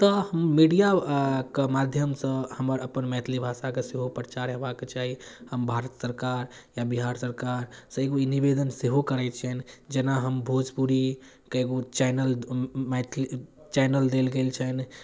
तऽ हम मिडिआके माध्यमसँ हमर अपन मैथिली भाषाके सेहो परचार हेबाके चाही हम भारत सरकार या बिहार सरकार सॅं एगो ई निवेदन सेहो करै छियनि जेना हम भोजपुरी के एगो चैनल मैथिली चैनल देल गेल छनि